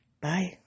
Bye